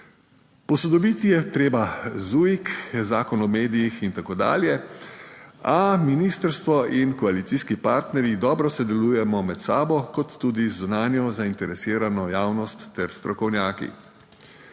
Posodobiti je treba ZUIK, Zakon o medijih in tako dalje, a ministrstvo in koalicijski partnerji dobro sodelujemo med sabo kot tudi z zunanjo zainteresirano javnost ter strokovnjaki.